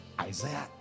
Isaiah